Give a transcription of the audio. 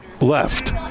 left